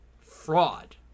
fraud